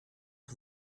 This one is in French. que